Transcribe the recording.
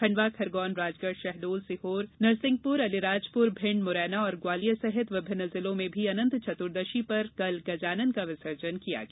खंडवा खरगोन राजगढ़ शहडोल सीहोर नरसिंहपुरअलीराजपुर भिंड मुरैना और ग्वालियर सहित विभिन्न जिलों में भी अनंत चतुर्दशी पर कल गजानन का विसर्जन किया गया